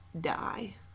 die